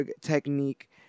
technique